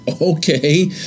Okay